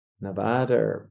Nevada